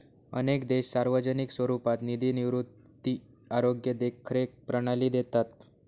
अनेक देश सार्वजनिक स्वरूपात निधी निवृत्ती, आरोग्य देखरेख प्रणाली देतात